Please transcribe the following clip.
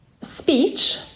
speech